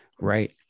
Right